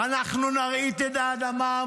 אנחנו נרעיד את האדמה,